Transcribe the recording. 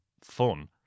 fun